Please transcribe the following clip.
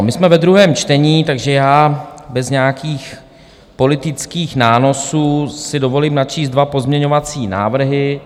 My jsme ve druhém čtení, takže bez nějakých politických nánosů si dovolím načíst dva pozměňovací návrhy.